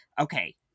Okay